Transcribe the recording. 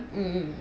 mmhmm